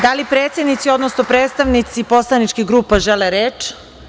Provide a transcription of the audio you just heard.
Da li predsednici odnosno predstavnici poslaničkih grupa žele reč?